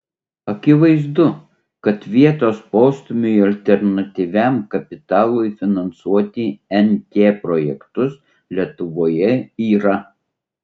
akivaizdu kad vietos postūmiui alternatyviam kapitalui finansuoti nt projektus lietuvoje yra